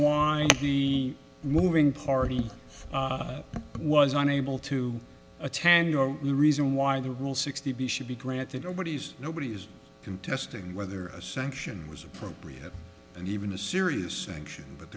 why the moving party was unable to attend your the reason why the rule sixty b should be granted nobody's nobody is contesting whether a sanction was appropriate and even a serious sanction but